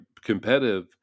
competitive